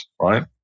right